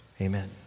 Amen